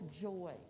joy